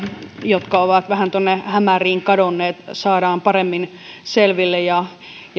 jotka ovat vähän tuonne hämäriin kadonneet saadaan paremmin selville